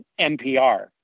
NPR